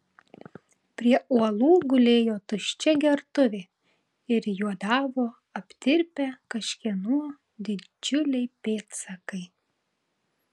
prie uolų gulėjo tuščia gertuvė ir juodavo aptirpę kažkieno didžiuliai pėdsakai